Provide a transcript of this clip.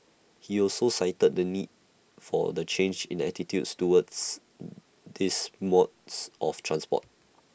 he also cited the need for the change in attitudes towards these modes of transport